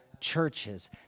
churches